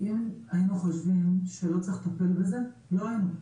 אם היינו חושבים שלא צריך לטפל בזה, לא היינו.